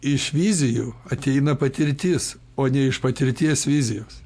iš vizijų ateina patirtis o ne iš patirties vizijos